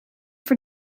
voor